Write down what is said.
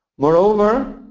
moreover,